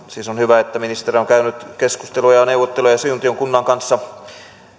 siis on hyvä että ministeri on on käynyt keskusteluja ja neuvotteluja siuntion kunnan kanssa